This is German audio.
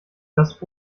das